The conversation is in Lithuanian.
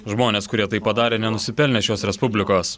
žmonės kurie tai padarė nenusipelnė šios respublikos